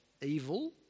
evil